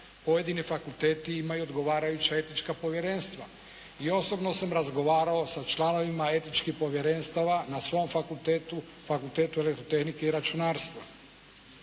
pojedini fakulteti imaju odgovarajuća Etička povjerenstva. I osobno sam razgovarao sa članovima etičkih povjerenstava na svom fakultetu, Fakultetu elektrotehnike i računarstva.